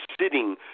sitting